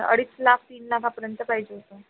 अडीच लाख तीन लाखापर्यंत पाहिजे होतं